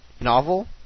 novel